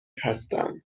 هستم